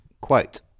Quote